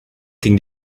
ging